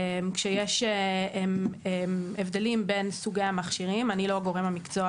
יש הבדלים בין סוגי המכשירים אני לא גורם המקצוע